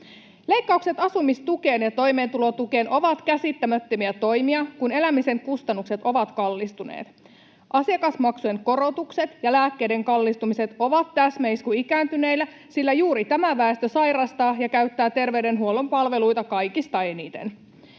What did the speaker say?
Leikkaukset asumistukeen ja toimeentulotukeen ovat käsittämättömiä toimia, kun elämisen kustannukset ovat kallistuneet. Asiakasmaksujen korotukset ja lääkkeiden kallistumiset ovat täsmäisku ikääntyneille, sillä juuri tämä väestö sairastaa ja käyttää terveydenhuollon palveluita kaikista eniten.